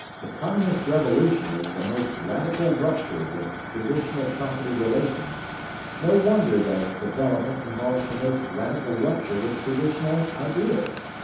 the communist revolution is the most radical rupture with traditional property relations no wonder that its development involves the most radical rupture with traditional ideas.